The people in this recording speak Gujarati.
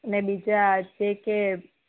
અને બીજા જે કે